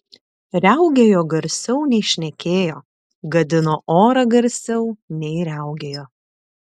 riaugėjo garsiau nei šnekėjo gadino orą garsiau nei riaugėjo